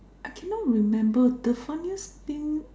I cannot remember the funniest thing